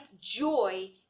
joy